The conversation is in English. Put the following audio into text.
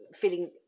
feeling